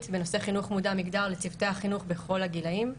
בנושא חינוך מודע מגדר לצוותי החינוך בכל הגילאים.